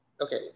okay